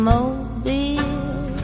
Mobile